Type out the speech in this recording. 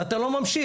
ואתה לא ממשיך.